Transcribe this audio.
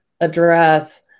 address